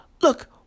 look